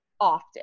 often